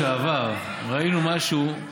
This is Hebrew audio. בפרשת השבוע שעבר ראינו משהו,